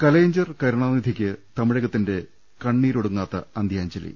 കലൈഞ്ജർ കരുണാനിധിക്ക് തമിഴകത്തിന്റെ കണ്ണീരൊടുങ്ങാത്ത അന്ത്യാഞ്ജലി